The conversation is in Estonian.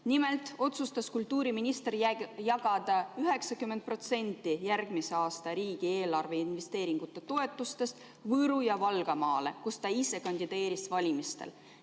Nimelt otsustas kultuuriminister jagada 90% järgmise aasta riigieelarve investeeringute toetustest Võru‑ ja Valgamaale, kus ta ise kandideeris nii eelmistel